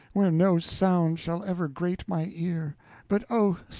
where no sound shall ever great my ear but, oh,